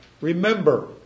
Remember